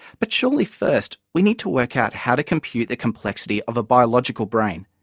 but surely first we need to work out how to compute the complexity of a biological brain,